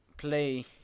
Play